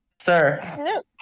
Sir